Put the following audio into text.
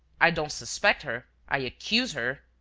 i don't suspect her i accuse her.